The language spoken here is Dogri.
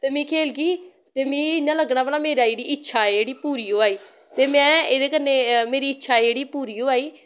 ते में खेलगी ते मिगी इ'यां लग्गना भला मेरी जेह्ड़ी इच्छा जेह्ड़ी पूरी होआ दी ते मैं एह्दे कन्नै मेरी इच्छा जेह्ड़ी पूरी होआ दी